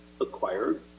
acquired